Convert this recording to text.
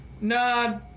Nah